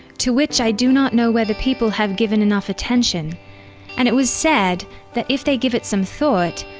to which i do not know whether people have given enough attention and it was said that if they give it some thought,